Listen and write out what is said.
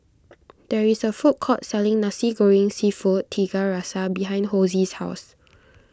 there is a food court selling Nasi Goreng Seafood Tiga Rasa behind Hosie's house